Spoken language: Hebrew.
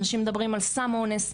אנשים מדברים על סם אונס.